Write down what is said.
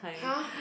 !huh!